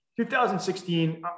2016